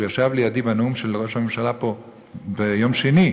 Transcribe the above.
הוא ישב לידי בנאום של ראש הממשלה פה ביום שני,